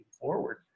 forward